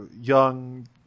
young